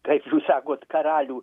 kaip jūs sakot karalių